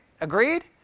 Agreed